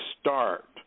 start